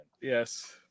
Yes